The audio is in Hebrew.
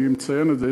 אני מציין את זה,